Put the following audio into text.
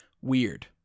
weird